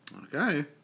Okay